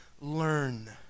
learn